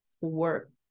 work